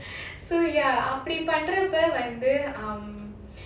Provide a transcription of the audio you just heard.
so ya அப்டி பண்றப்ப வந்து:apdi pandrappa vandhu um